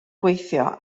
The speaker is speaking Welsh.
gweithio